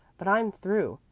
but i'm through.